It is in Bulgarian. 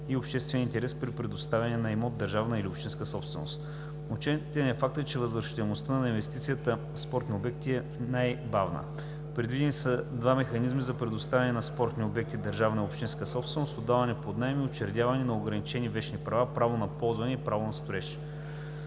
или общественият интерес при предоставянето на имот – държавна или общинска собственост. Отчетен е фактът, че възвръщаемостта на инвестицията в спортни обекти е най-бавна. Предвидени са два механизма за предоставяне на спортни обекти – държавна и общинска собственост, отдаване под наем и учредяване на ограничени вещни права – право на ползване и право на строеж.